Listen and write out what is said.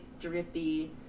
drippy